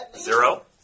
Zero